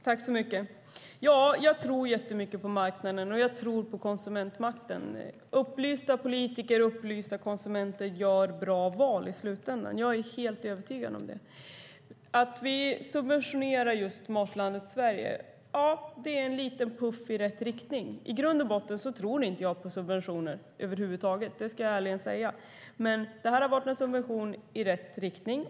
Fru talman! Jag tror mycket på marknaden, och jag tror på konsumentmakten. Upplysta politiker och upplysta konsumenter gör bra val i slutändan. Jag är helt övertygad om det. Att vi subventionerar just Matlandet Sverige är en liten puff i rätt riktning. I grund och botten tror jag inte på subventioner över huvud taget, ska jag ärligen säga, men det här har varit en subvention som styr i rätt riktning.